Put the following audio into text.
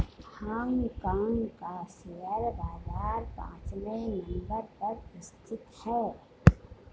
Hong Kong का share बाजार पांचवे नम्बर पर स्थित है